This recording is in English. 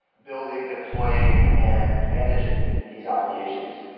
building, deploying, and managing these applications.